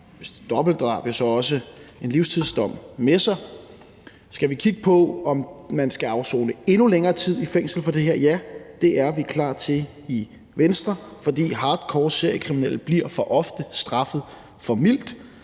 jo også dobbeltdrab en livstidsdom med sig. Skal vi kigge på, om man skal afsone i endnu længere tid i fængsel for det her? Ja, det er vi klar til i Venstre, for hardcore seriekriminelle bliver for ofte straffet for mildt.